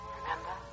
Remember